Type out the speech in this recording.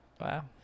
Wow